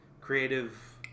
Creative